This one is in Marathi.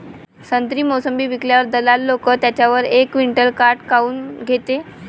संत्रे, मोसंबी विकल्यावर दलाल लोकं त्याच्यावर एक क्विंटल काट काऊन घेते?